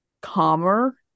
calmer